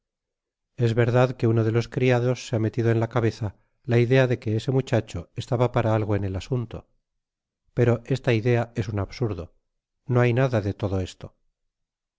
es verdad que uno de los criados se ha metido en la cabeza la idea de que ese muchacho estaba para algo en el asunto i pero esta idea es un absurdo no hay nada de todo esto